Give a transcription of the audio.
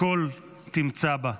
הכול תמצא בה.